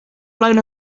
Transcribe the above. blown